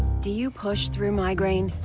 do you push through migraine?